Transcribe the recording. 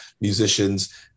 musicians